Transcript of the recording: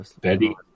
Betty